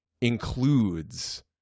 includes